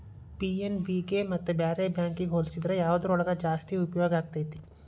PNB ಗೆ ಮತ್ತ ಬ್ಯಾರೆ ಬ್ಯಾಂಕಿಗ್ ಹೊಲ್ಸಿದ್ರ ಯವ್ದ್ರೊಳಗ್ ಜಾಸ್ತಿ ಉಪ್ಯೊಗಾಕ್ಕೇತಿ?